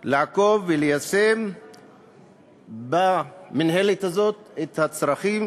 לעקוב וליישם במינהלת הזאת את הצרכים